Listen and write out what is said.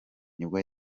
nibwo